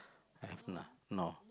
I have none no